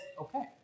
okay